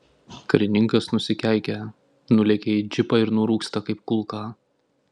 karininkas nusikeikia nulekia į džipą ir nurūksta kaip kulka